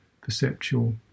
perceptual